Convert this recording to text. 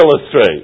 illustrate